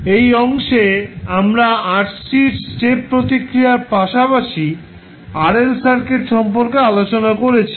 এই অংশে আমরা RC এর স্টেপ প্রতিক্রিয়ার পাশাপাশি RL সার্কিট সম্পর্কে আলোচনা করেছি